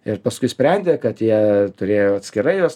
ir paskui sprendė kad jie turėjo atskirai juos